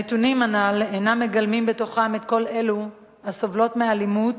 הנתונים הנ"ל אינם מגלמים בתוכם את כל אלו הסובלות מאלימות.